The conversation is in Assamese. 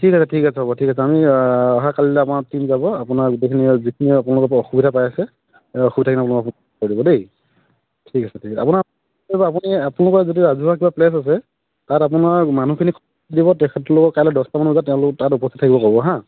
ঠিক আছে ঠিক আছে হ'ব ঠিক আছে আমি অহা কালিলৈ আমাৰ টীম যাব আপোনাৰ গোটেইখিনি যিখিনি আপোনালোকৰ অসুবিধা পায় আছে এই অসুবিধাবিলাক দেই ঠিক আছে ঠিক আছে আপোনাৰ কিবা আপুনি আপোনালোকৰ যদি ৰাজহুৱা কিবা প্লেছ আছে তাত আপোনাৰ মানুহখিনিক তেখেতলোকক কাইলৈ দহটামান বজাত তেওঁলোকক তাত উপস্থিত থাকিব ক'ব হাঁ